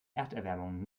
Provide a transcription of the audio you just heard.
erderwärmung